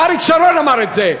אריק שרון אמר את זה.